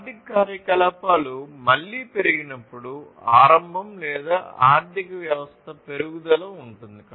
ఆర్థిక కార్యకలాపాలు మళ్లీ పెరిగినప్పుడు ఆరంభం లేదా ఆర్థిక వ్యవస్థ పెరుగుదల ఉంటుంది